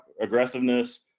aggressiveness